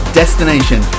destination